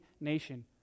nation